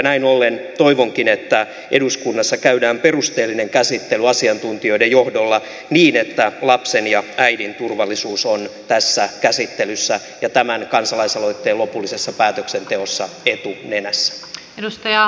näin ollen toivonkin että eduskunnassa käydään perusteellinen käsittely asiantuntijoiden johdolla niin että lapsen ja äidin turvallisuus on tässä käsittelyssä ja tämän kansalaisaloitteen lopullisessa päätöksenteossa etunenässä